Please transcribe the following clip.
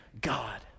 God